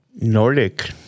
Nordic